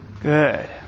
Good